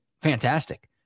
fantastic